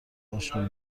اشغال